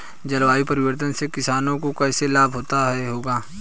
जलवायु परिवर्तन से किसानों को कैसे लाभ होगा?